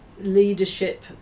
leadership